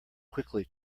quickly